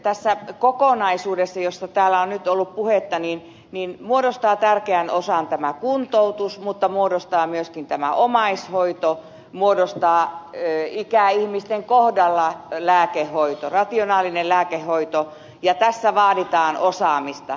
tässä kokonaisuudessa josta täällä on nyt ollut puhetta muodostaa tärkeän osan kuntoutus mutta muodostaa myöskin omaishoito muodostaa ikäihmisten kohdalla rationaalinen lääkehoito ja tässä vaaditaan osaamista